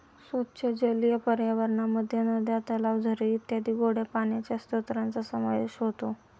स्वच्छ जलीय पर्यावरणामध्ये नद्या, तलाव, झरे इत्यादी गोड्या पाण्याच्या स्त्रोतांचा समावेश होतो